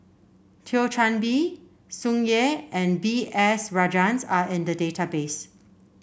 Thio Chan Bee Tsung Yeh and B S Rajhans are in the database